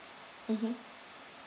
mmhmm